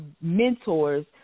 mentors